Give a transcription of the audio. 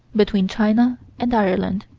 between china and ireland